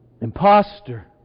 Imposter